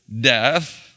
death